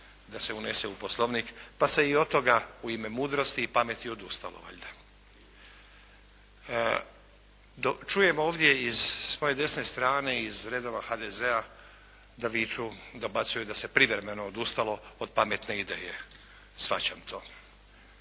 da se unese u Poslovnik, pa se i od toga u ime mudrosti i pameti odustalo valjda. Čujem ovdje s moje desne strane iz redova HDZ-a da viču, dobacuju da se privremeno odustalo od pametne ideje. Shvaćam to.